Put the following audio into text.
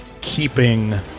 keeping